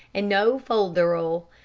and no folderol.